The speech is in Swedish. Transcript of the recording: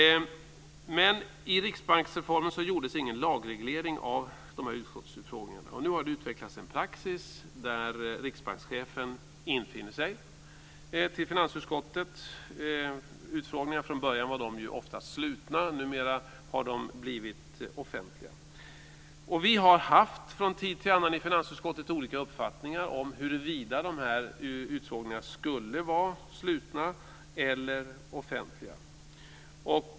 I riksbanksreformen gjordes dock ingen lagreglering av de här utskottsutfrågningarna. Det har nu utvecklats en praxis där riksbankschefen infinner sig till finansutskottets utfrågningar. Från början var dessa ofta slutna. Numera har de blivit offentliga. Vi har från tid till annan i finansutskottet haft olika uppfattningar om huruvida de här utfrågningarna skulle vara slutna eller offentliga.